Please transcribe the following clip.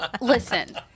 Listen